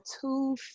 two